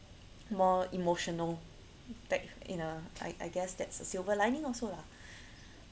more emotional that in uh I I guess that's a silver lining also lah